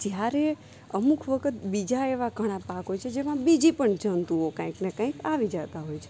જ્યારે અમુક વખત બીજા એવા ઘણા પાકો છે જેમાં બીજી પણ જંતુઓ કંઈક ને કંઈક આવી જતાં હોય છે